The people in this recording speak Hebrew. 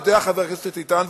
יודע חבר הכנסת איתן,